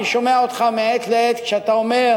אני שומע אותך מעת לעת כשאתה אומר: